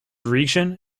region